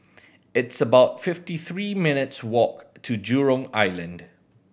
it's about fifty three minutes' walk to Jurong Island